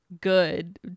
good